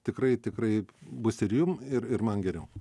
tikrai tikrai bus ir jum ir ir man geriau